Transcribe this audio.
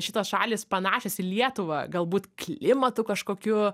šitos šalys panašios į lietuvą galbūt klimatu kažkokiu